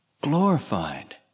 glorified